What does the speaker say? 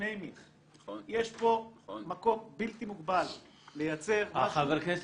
יש פה מקום בלתי מוגבל לייצר --- חבר הכנסת